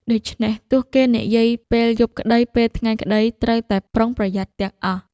ដូច្នេះ ទោះគេនិយាយពេលយប់ក្តី ពេលថ្ងៃក្ដី ត្រូវតែប្រុងប្រយ័ត្នទាំងអស់។